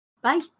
bye